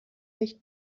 nicht